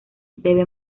debe